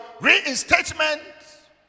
reinstatement